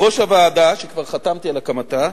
בראש הוועדה, שכבר חתמתי על הקמתה,